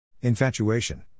Infatuation